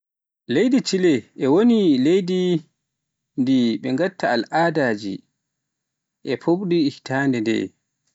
leydi Chile wone, leydi ndi ɓe ghatta al'adaje e joofnirde hitaande ndee